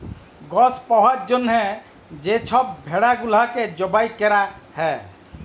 গস পাউয়ার জ্যনহে যে ছব ভেড়া গুলাকে জবাই ক্যরা হ্যয়